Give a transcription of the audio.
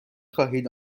خواهید